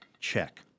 check